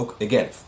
again